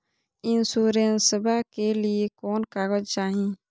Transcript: इंसोरेंसबा के लिए कौन कागज चाही?